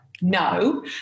no